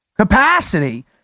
Capacity